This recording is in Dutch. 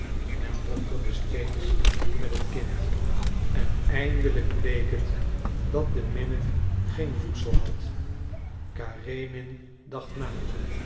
men dokterde steeds met het kind en eindelijk bleek het dat de minne geen voedsel had karenin dacht na